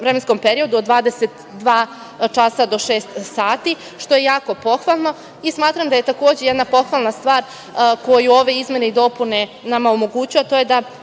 vremenskom periodu, od 22 časa do šest sati, što je jako pohvalno. Smatram da je takođe jedna pohvalna stvar koju ove izmene i dopune nama omogućuju, a to je da